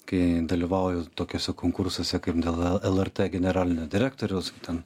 kai dalyvauju tokiuose konkursuose kaip dėl lrt generalinio direktoriaus ten